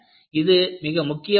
இது மிக முக்கியமானது